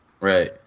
Right